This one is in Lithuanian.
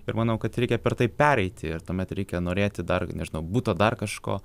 ir manau kad reikia per tai pereiti ir tuomet reikia norėti dar nežinau buto dar kažko